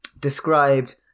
described